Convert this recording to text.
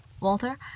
Walter